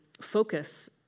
focus